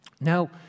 Now